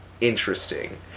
interesting